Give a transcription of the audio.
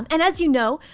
and as you know,